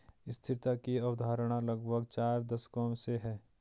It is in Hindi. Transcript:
स्थिरता की अवधारणा लगभग चार दशकों से है